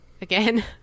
again